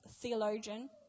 theologian